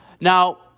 Now